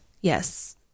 Yes